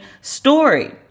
story